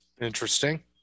Interesting